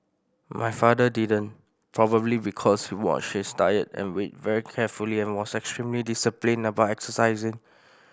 my father didn't probably because he watched his diet and weight very carefully and was extremely disciplined about exercising